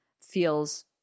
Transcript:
feels